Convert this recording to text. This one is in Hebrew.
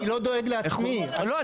אני לא דואג לעצמי, אני דואג ללקוחות.